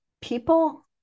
people